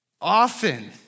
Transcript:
often